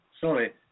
Sorry